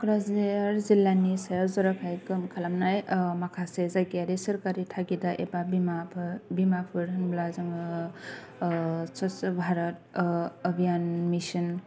क'क्राझार जिल्लानि सायाव जर'खायै गोहोम खालामनाय माखासे जायगायारि सोरखारि थागिदा एबा बिमाफोर होनब्ला जोङो स्वासा भारत आबियान मिसन